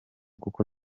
kuko